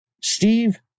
Steve